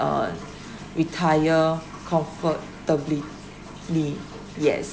uh retire comfortably yes